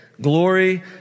Glory